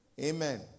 Amen